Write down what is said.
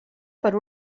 per